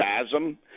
spasm